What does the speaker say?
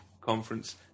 conference